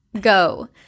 Go